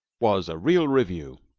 was a real revue.